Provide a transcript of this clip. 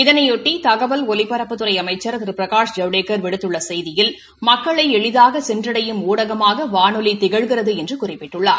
இதனையொட்டி தகவல் ஒலிபரப்புத்துறை அமைச்சர் திரு பிரகாஷ் ஜவடேக்கர் விடுத்துள்ள செய்தியில் மக்களை எளிதாக சென்றடையும் ஊடகமாக வானொலி திகழ்கிறது என்று குறிப்பிட்டுள்ளார்